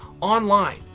online